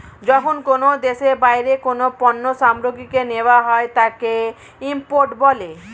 যখন কোনো দেশে বাইরের কোনো পণ্য সামগ্রীকে নেওয়া হয় তাকে ইম্পোর্ট বলে